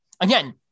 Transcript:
Again